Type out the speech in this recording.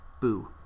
boo